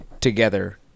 together